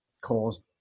caused